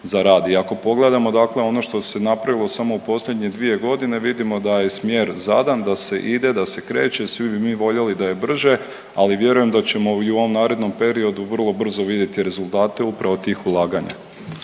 ako pogledamo dakle ono što se napravilo samo u posljednje dvije godine vidimo da je smjer zadan, da se ide, da se kreće i svi bi mi voljeli da je brže, ali vjerujem da ćemo i u ovom narednom periodu vrlo brzo vidjeti rezultate upravo tih ulaganja.